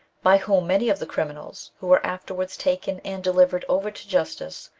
by whom many of the criminals, who were afterwards taken and delivered over to justice,